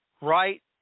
Right